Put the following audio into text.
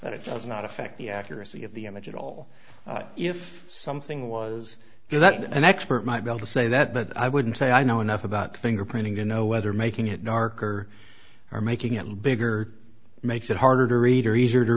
that it does not affect the accuracy of the image at all if something was there that an expert might be able to say that but i wouldn't say i know enough about fingerprinting to know whether making it darker or making it bigger makes it harder to read or easier to